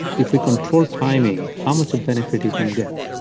if we control timing, how much of benefit you can get?